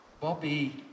Bobby